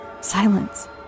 silence